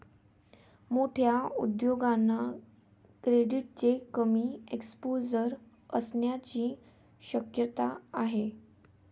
मोठ्या उद्योगांना क्रेडिटचे कमी एक्सपोजर असण्याची शक्यता आहे